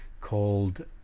called